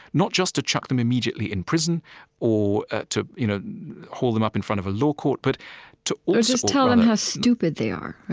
not just to chuck them immediately in prison or ah to you know hold them up in front of a law court but to, or just tell them how stupid they are,